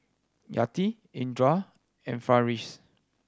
Yati Indra and Farish